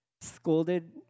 scolded